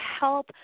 help